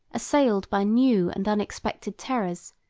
assailed by new and unexpected terrors,